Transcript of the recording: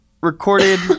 recorded